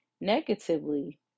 negatively